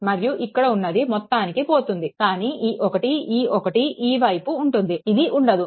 మరియు ఇక్కడ ఉన్నది మొత్తానికి పోతుంది కానీ ఈ ఒకటి ఈ ఒకటి ఈ వైపు ఉంటుంది ఇది ఉండదు